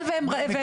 מי